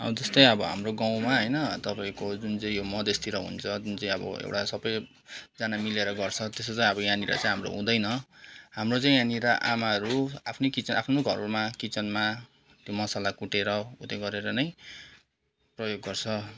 आ जस्तै अब हाम्रो गाउँमा होइन तपाईँको जुन चाहिँ यो मधेसतिर हुन्छ जुन चाहिँ अब एउटा सबैजना मिलेर गर्छ त्यस्तो चाहिँ अब यहाँनिर चाहिँ हाम्रो हुँदैन हाम्रो चाहिँ यहाँनिर आमाहरू आफ्नो आफ्नो घरमा किचनमा त्यो मसला कुटेर उत्यो गरेर नै प्रयोग गर्छ